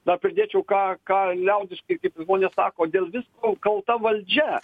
dar pridėčiau ką ką liaudiškai kaip žmonės sako dėl visko kalta valdžia